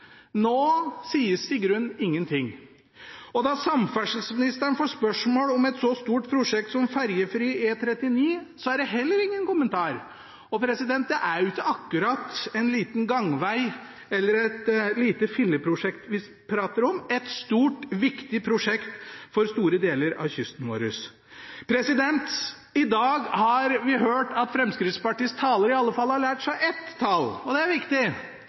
nå sies det i grunnen ingenting. Og når samferdselsministeren får spørsmål om et så stort prosjekt som ferjefri E39, er det heller ingen kommentar. Og det er jo ikke akkurat en liten gangveg eller et lite filleprosjekt vi prater om, men et stort og viktig prosjekt for store deler av kysten vår. I dag har vi hørt at Fremskrittspartiets talere i alle fall har lært seg ett tall, og det er viktig: